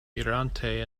irante